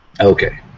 Okay